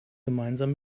gemeinsam